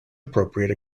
appropriate